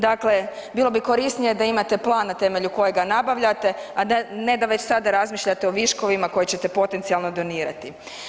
Dakle, bilo bi korisnije da imate plan na temelju kojega nabavljate a ne da već sa da razmišljate o viškovima koje ćete potencijalno donirati.